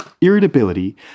irritability